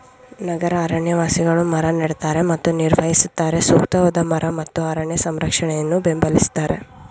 ನಗರ ಅರಣ್ಯವಾಸಿಗಳು ಮರ ನೆಡ್ತಾರೆ ಮತ್ತು ನಿರ್ವಹಿಸುತ್ತಾರೆ ಸೂಕ್ತವಾದ ಮರ ಮತ್ತು ಅರಣ್ಯ ಸಂರಕ್ಷಣೆಯನ್ನು ಬೆಂಬಲಿಸ್ತಾರೆ